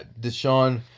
Deshaun